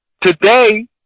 Today